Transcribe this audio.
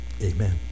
Amen